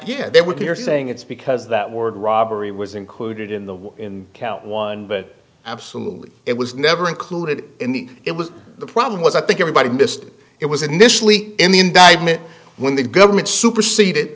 did they were here saying it's because that word robbery was included in the count one but absolutely it was never included in the it was the problem was i think everybody missed it was initially in the indictment when the government supercede